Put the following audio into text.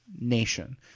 nation